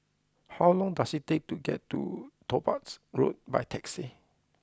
how long does it take to get to Topaz Road by taxi